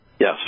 Yes